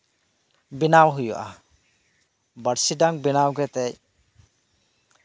ᱵᱮᱱᱟᱣ ᱦᱩᱭᱩᱜᱼᱟ ᱵᱟᱹᱲᱥᱤ ᱰᱟᱝ ᱵᱮᱱᱟᱣ ᱠᱟᱛᱮᱫ